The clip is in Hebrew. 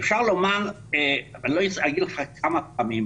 אני לא אגיד לך כמה פעמים.